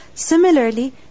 Similarly